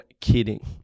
kidding